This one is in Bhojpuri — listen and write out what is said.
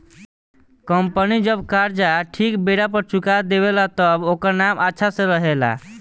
कंपनी जब कर्जा ठीक बेरा पर चुका देवे ला तब ओकर नाम अच्छा से रहेला